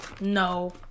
No